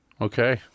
Okay